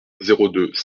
gambetta